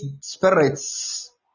spirits